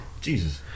Jesus